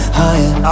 higher